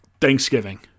Thanksgiving